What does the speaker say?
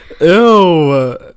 Ew